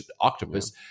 Octopus